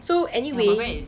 so anyway